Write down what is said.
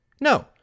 No